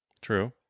True